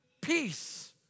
peace